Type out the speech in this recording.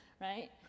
right